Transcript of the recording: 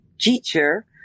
teacher